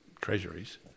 treasuries